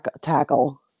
tackle